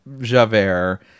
javert